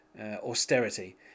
austerity